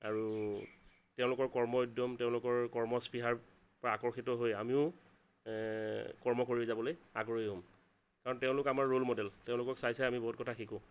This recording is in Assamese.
আৰু তেওঁলোকৰ কৰ্ম উদ্যম তেওঁলোকৰ কৰ্ম স্পৃহাৰ পৰা আকৰ্ষিত হৈ আমিও কৰ্ম কৰি যাবলৈ আগ্ৰহী হ'ম কাৰণ তেওঁলোক আমাৰ ৰ'ল মডেল তেওঁলোকক চাই চাই আমি বহুত কথা শিকোঁ